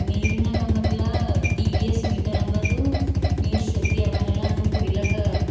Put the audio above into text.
ನೀರಿನಾಗ ಮೊದ್ಲು T D S meter ಅಂಬೋದು ನೀರು ಶುದ್ದಿ ಅವನಲ್ಲ ನಮಗೆ ಕುಡಿಲಕ್ಕ